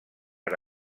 per